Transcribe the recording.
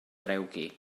drewgi